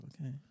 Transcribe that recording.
okay